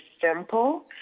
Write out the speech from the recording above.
simple